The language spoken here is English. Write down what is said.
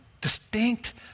distinct